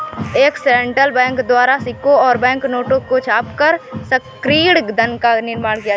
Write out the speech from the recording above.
एक central bank द्वारा सिक्कों और बैंक नोटों को छापकर संकीर्ण धन का निर्माण किया जाता है